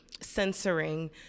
censoring